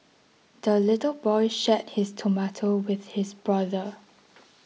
the little boy shared his tomato with his brother